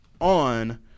on